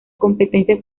competencia